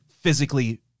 physically